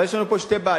אבל יש לנו שתי בעיות.